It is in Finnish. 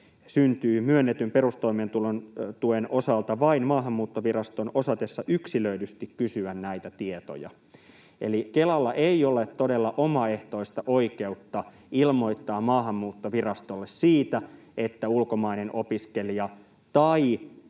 syntyy myönnetyn perustoimeentulotuen osalta vain Maahanmuuttoviraston osatessa yksilöidysti kysyä näitä tietoja. Eli Kelalla ei ole todella omaehtoista oikeutta ilmoittaa Maahanmuuttovirastolle siitä, että ulkomainen opiskelija tai